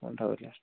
ഉണ്ടാവൂല്ലേ